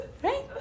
Right